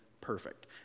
perfect